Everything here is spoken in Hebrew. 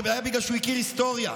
זה היה בגלל שהוא הכיר היסטוריה,